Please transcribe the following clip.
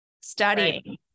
studying